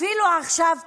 אפילו עכשיו,